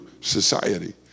society